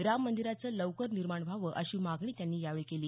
राम मंदिराचं लवकर निर्माण व्हावं अशी मागणी त्यांनी यावेळी केली